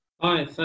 Hi